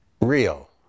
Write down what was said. real